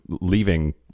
leaving